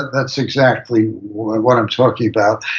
that's exactly what i'm talking about,